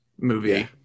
movie